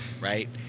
right